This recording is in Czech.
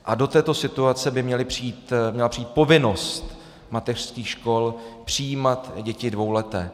A do této situace by měla přijít povinnost mateřských škol přijímat děti dvouleté.